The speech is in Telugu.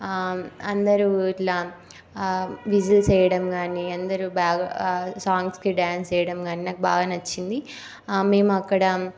ఆ అందరూ ఇట్లా ఆ విజిల్స్ వీయడం కానీ అందరూ బాగా సాంగ్స్కి డాన్స్ వేయడం కానీ బాగా నచ్చింది మేము అక్కడ